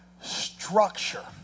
structure